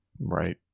Right